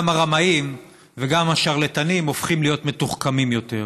הרמאים וגם השרלטנים הופכים להיות מתוחכמים יותר.